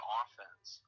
offense